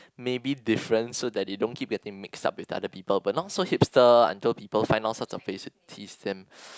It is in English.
maybe different so that they don't get their names mixed up with other people but not so Hypester until people finds lots of ways to tease them